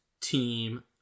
team